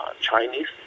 Chinese